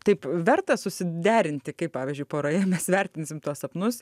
taip verta susiderinti kaip pavyzdžiui poroje mes vertinsim tuos sapnus